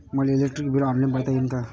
मले electric bill online पायता येईन का?